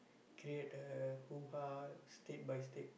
create a hoo-ha state by state